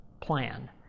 plan